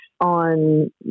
on